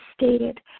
stated